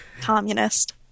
communist